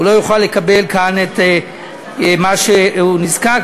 הוא לא יוכל לקבל כאן את מה שהוא נזקק,